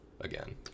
again